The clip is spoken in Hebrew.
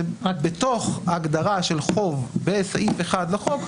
זה בתוך ההגדרה של חוב בסעיף 1 לחוק,